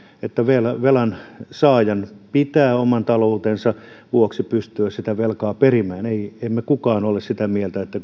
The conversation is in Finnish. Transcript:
että velan saajan pitää oman taloutensa vuoksi pystyä sitä velkaa perimään emme kukaan ole sitä mieltä että